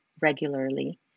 regularly